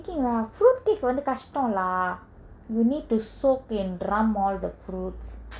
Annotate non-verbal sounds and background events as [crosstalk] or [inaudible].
cooking lah fruit cake வந்து கஸ்டோ:vanthu kasto lah you need to soak and drum all the fruits [noise]